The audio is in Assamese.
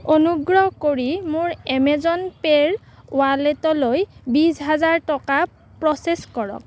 অনুগ্ৰহ কৰি মোৰ এমেজন পে'ৰ ৱালেটলৈ বিশ হাজাৰ টকা প্ৰ'চেছ কৰক